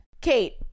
Kate